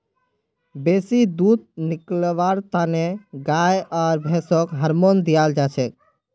बेसी दूध निकलव्वार तने गाय आर भैंसक हार्मोन दियाल जाछेक